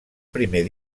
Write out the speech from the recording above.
primer